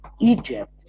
Egypt